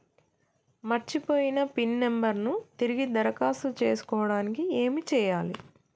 మర్చిపోయిన pin number ను తిరిగి దరఖాస్తు చేసుకోవడానికి ఏమి చేయాలే?